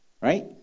Right